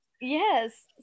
yes